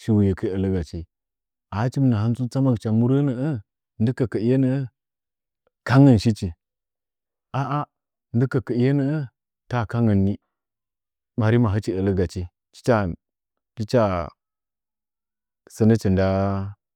shiwuyekɨe ələgachi, ahichi mi nahantsu tsamagɨcha monkɨn murə nə’ə ndɨ kəkəiye nəə kangyi shichu, aa ndɨ kəakəiye nəə ta kangyi shichu, ɓari ma hichi ələgachi tichaa tichaa tichaa sənəchə